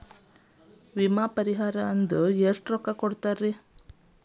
ವಿಮೆ ಪರಿಹಾರ ಎಷ್ಟ ದುಡ್ಡ ಕೊಡ್ತಾರ?